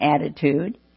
attitude